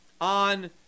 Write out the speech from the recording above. on